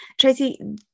tracy